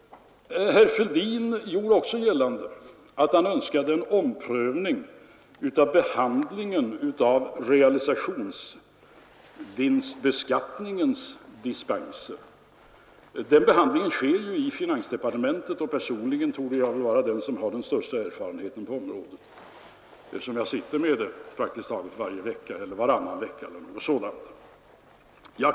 Herr Fälldin gjorde också gällande att han önskade en omprövning i fråga om behandlingen av realisationsvinstbeskattningens dispenser. Den behandlingen sker ju i finansdepartementet, och personligen torde jag vara den som har den största erfarenheten på området, eftersom jag sitter med i den praktiskt taget var och varannan vecka.